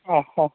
ଓ ହୋ